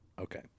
Okay